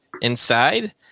inside